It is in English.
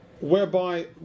whereby